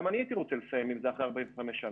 גם אני הייתי רוצה לסיים עם זה אחרי 45 שנה.